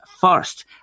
first